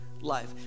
life